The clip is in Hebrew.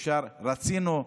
רצינו,